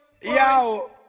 Yo